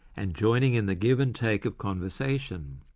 and joining in the give-and-take of conversation.